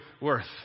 worth